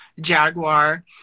jaguar